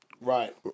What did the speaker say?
Right